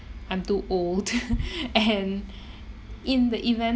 I'm too old and in the event